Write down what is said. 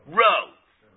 row